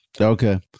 Okay